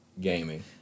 gaming